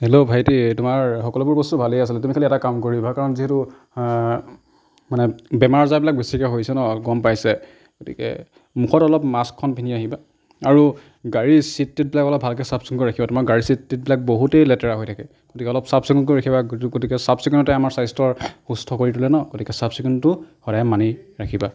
hello ভাইটি তোমাৰ সকলোবোৰ বস্তু ভালেই আছিলে তুমি খালি এটা কাম কৰিবা কাৰণ যিহেতু মানে বেমাৰ আজাৰবিলাক বেছিকৈ হৈছে ন গম পাইছাই গতিকে মুখত অলপ মাস্কখন পিন্ধি আহিবা আৰু গাড়ীৰ চীট টীটবিলাক অলপ ভালকৈ চাফ চিকুণ কৰি ৰাখিবা তোমাৰ গাড়ীৰ চীট টীটবিলাক বহুতেই লেতেৰা হৈ থাকে গতিকে অলপ চাফ চিকুণ কৰি ৰাখিবা গতিকে চাফ চিকুণতাই আমাৰ স্বাস্থ্যৰ সুস্থ কৰি তোলে ন গতিকে চাফ চিকুণটো সদায় মানি ৰাখিবা